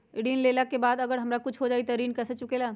ऋण लेला के बाद अगर हमरा कुछ हो जाइ त ऋण कैसे चुकेला?